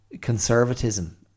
conservatism